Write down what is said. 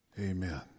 Amen